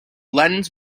lens